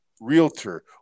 realtor